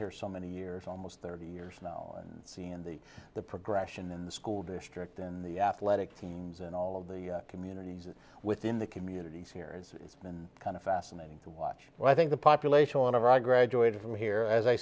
here so many years almost thirty years now and see and the the progression and the school district and the athletic teams and all of the communities within the communities here it's been kind of fascinating to watch but i think the population of i graduated from here as i